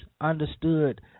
understood